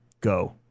Go